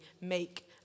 make